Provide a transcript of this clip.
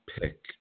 pick